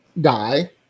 die